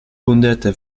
hunderte